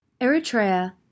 Eritrea